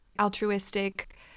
altruistic